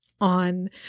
on